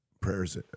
prayers